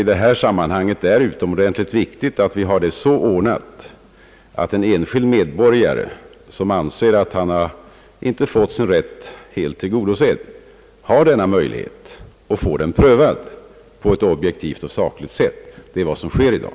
Vad som i detta sammanhang är utomordentligt viktigt är väl ändå, att vi har det så ordnat att en enskild rredborgare, som anser att han inte fått sin rätt helt tillgodosedd, har denna möjlighet att få den prövad på ett objektivt och sakligt sätt. Det är vad som sker i dag.